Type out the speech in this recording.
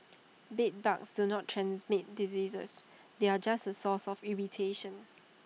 bedbugs do not transmit diseases they are just A source of irritation